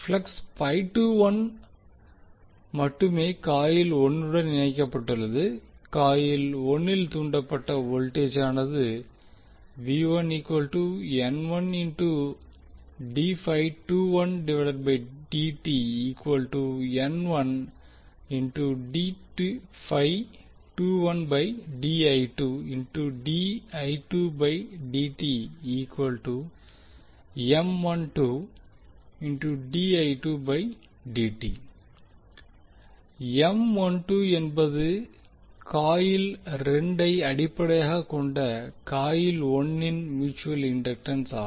flux மட்டுமே coil 1 னுடன் இணைக்கப்பட்டுள்ளது காயில் 1 ல் தூண்டப்பட்ட வோல்டேஜானது என்பது காயில் 2 வை அடிப்படையாக கொண்ட காயில் 1 ன் மியூட்சுவல் இண்டக்டன்ஸ் ஆகும்